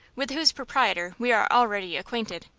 with whose proprietor we are already acquainted.